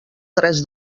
tres